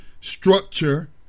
structure